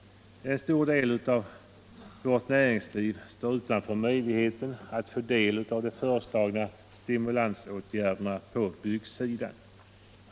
En stor del av vårt näringsliv står utanför möjligheten att få del av de föreslagna stimulansåtgärderna på byggsidan.